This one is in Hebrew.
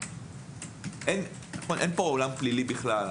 אין פה עולם פלילי בכלל.